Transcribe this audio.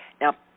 Now